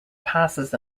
passes